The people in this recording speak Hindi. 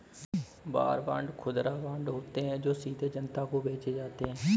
वॉर बांड खुदरा बांड होते हैं जो सीधे जनता को बेचे जाते हैं